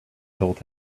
told